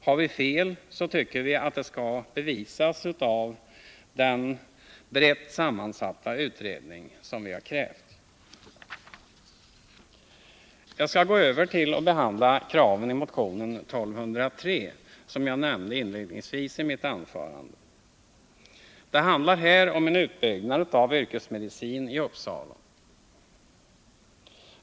Har vi fel så tycker vi att det skall bevisas av den, brett sammansatta, utredning som vi har krävt. Jag skall gå över till att behandla kraven i motionen 1203, som jag nämnde inledningsvis i mitt anförande. Det handlar här om en utbyggnad av yrkesmedicin i Uppsala.